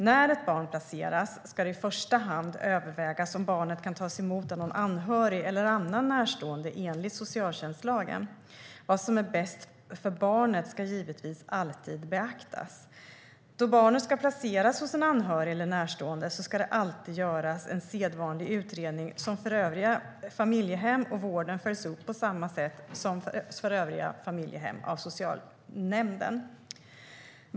När ett barn placeras ska det i första hand övervägas om barnet kan tas emot av någon anhörig eller annan närstående enligt socialtjänstlagen. Vad som är bäst för barnet ska givetvis alltid beaktas. Då barnet ska placeras hos en anhörig eller närstående ska det alltid göras en sedvanlig utredning som för övriga familjehem och vården följs upp på samma sätt som övriga familjehem av socialnämnden.